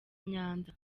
nyanza